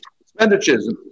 Expenditures